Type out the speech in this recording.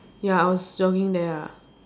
ya I was jogging there ah